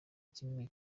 kimwe